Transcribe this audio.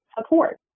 support